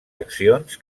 accions